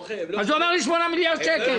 אז הוא אומר לי 8 מיליארד שקל.